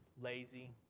lazy